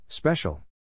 Special